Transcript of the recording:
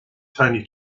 tony